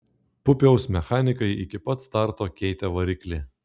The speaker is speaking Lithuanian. pupiaus mechanikai iki pat starto keitė variklį